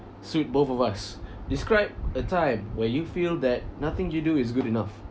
suit both of us describe a time where you feel that nothing you do is good enough